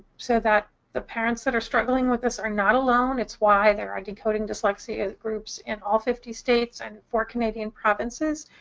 so that the parents that are struggling with this are not alone. it's why there are decoding dyslexia groups in all fifty states and four canadian provinces.